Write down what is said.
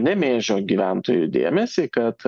nemėžio gyventojų dėmesį kad